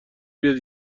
بیاد